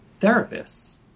therapists